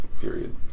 period